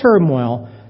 turmoil